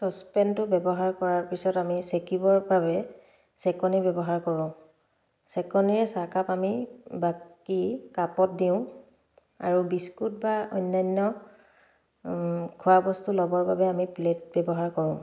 চচপেনটো ব্যৱহাৰ কৰাৰ পিছত আমি চেকিবৰ বাবে চেকনি ব্যৱহাৰ কৰোঁ চেকনীৰে চাহকাপ আমি বাকি কাপত দিওঁ আৰু বিস্কুট বা অন্যান্য খোৱা বস্তু ল'বৰ বাবে আমি প্লেট ব্যৱহাৰ কৰোঁ